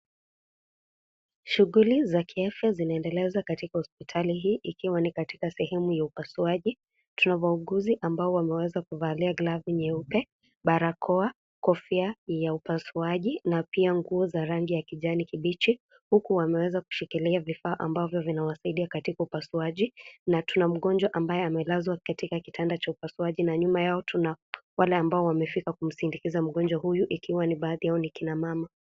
Shughuli za kiafya zinaendelezwa katika hospitali hii ikiwa ni katika sehemu ya upasuaji. Tuna wauguzi ambao wameweza kuvalia glavu nyeupe , barakoa , kofia ya upasuaji na pia nguo za rangi ya kijani kibichi huku wameweza kushikilia vifaa ambavyo vinawasaidia katika upasuaji na tuna mgonjwa ambaye amelazwa katika kitanda cha upasuaji na nyuma yao tuna wale ambao wamefika kumsindikiza mgondwa huyu ikiwa ni baadhi yao ni kina mama.